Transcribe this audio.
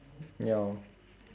ya